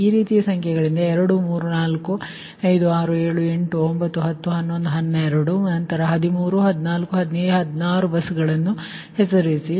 ಈ ರೀತಿ ಸಂಖ್ಯೆಗಳಿಂದ 2 3 4 5 6 7 8 9 10 11 12 ನಂತರ 13 14 15 16 ಬಸ್ ' ಗಳನ್ನು ಹೆಸರಿಸಿ